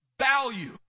value